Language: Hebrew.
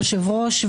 היושב-ראש,